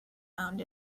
found